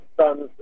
son's